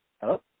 Hello